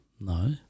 No